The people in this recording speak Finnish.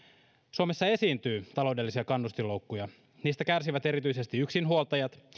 suomessa esiintyy taloudellisia kannustinloukkuja niistä kärsivät erityisesti yksinhuoltajat